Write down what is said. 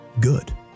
Good